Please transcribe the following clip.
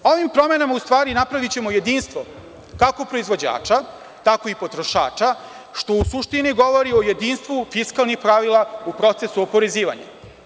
Ovim promenama, u stvari napravićemo jedinstvo, kako proizvođača, tako i potrošača, što u suštini govori o jedinstvu fiskalnih pravila u procesu oporezivanja.